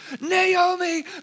Naomi